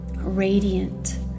Radiant